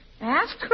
Ask